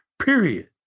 period